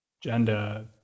gender